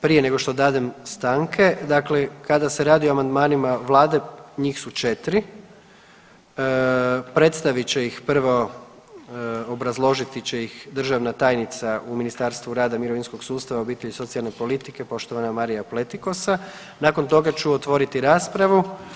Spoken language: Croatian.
Prije nego što dadem stanke, dakle kada se radi o amandmanima Vlade njih su četiri predstavit će ih prvo, obrazložit će ih državna tajnica u Ministarstvu rada, mirovinskog sustava, obitelji i socijalne politike poštovana Marija Pletikosa, nakon toga ću otvoriti raspravu.